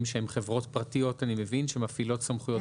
שאני מבין שהם חברות פרטיות שמפעילות סמכויות פיקוח.